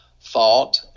thought